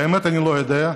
באמת אני לא יודע,